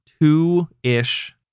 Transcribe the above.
two-ish